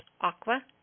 Aqua